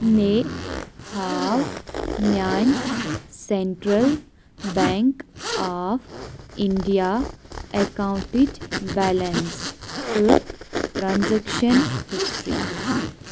مےٚ ہاو میٲنہِ سیٚنٛٹرٛل بیٚنٛک آف اِنٛڈیا اکیٚونٹٕچ بیلنس تہٕ ٹرانزیکشن ہسٹری